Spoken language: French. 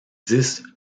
dix